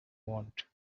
want